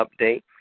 update